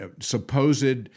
supposed